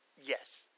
Yes